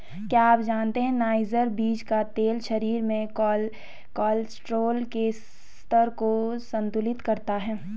क्या आप जानते है नाइजर बीज का तेल शरीर में कोलेस्ट्रॉल के स्तर को संतुलित करता है?